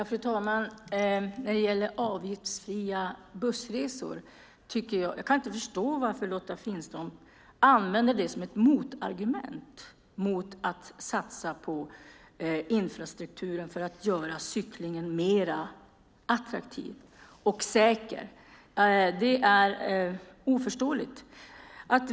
Fru talman! Jag kan inte förstå varför Lotta Finstorp använder avgiftsfria bussresor som ett motargument till att satsa på infrastruktur för att göra cykling mer attraktivt och säkert.